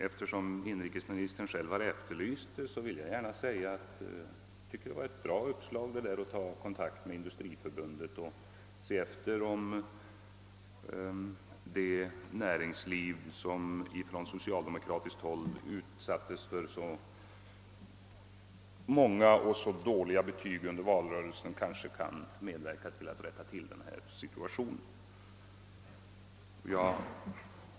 Eftersom inrikesministern själv har efterlyst berömmet, vill jag gärna förklara att jag tycker att det var en bra åtgärd att ta kontakt med Industriförbundet och se efter, om det näringsliv, som från socialdemokratiskt håll utsattes för så många och hårda omdömen under valrörelsen, kanske kan medverka till att rätta till denna situation.